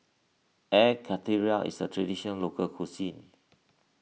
Air Karthira is a Traditional Local Cuisine